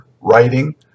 writing